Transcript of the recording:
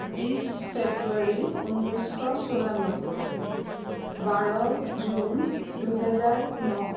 বিশ ফেব্ৰুৱাৰী ঊনৈছশ চৌৰানব্বৈ বাৰ জুন দুহেজাৰ ন